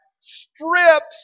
strips